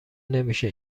نمیشه